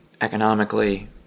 economically